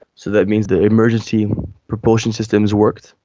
so that means the emergency propulsion systems worked,